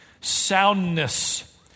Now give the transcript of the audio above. Soundness